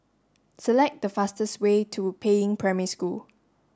select the fastest way to Peiying Primary School